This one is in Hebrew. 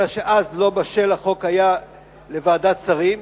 אלא שאז לא בשל החוק לוועדת שרים,